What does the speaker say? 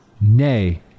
nay